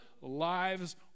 lives